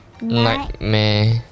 Nightmare